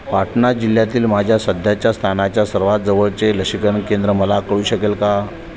पाटणा जिल्ह्यातील माझ्या सध्याच्या स्थानाच्या सर्वात जवळचे लसीकरण केंद्र मला कळू शकेल का